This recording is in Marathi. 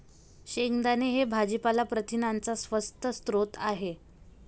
शेंगदाणे हे भाजीपाला प्रथिनांचा स्वस्त स्रोत आहे